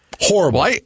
Horrible